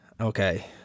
Okay